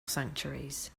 sanctuaries